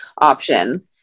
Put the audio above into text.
option